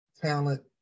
talent